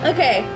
Okay